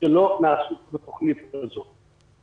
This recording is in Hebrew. שלא נעשו בתוכנית הזו,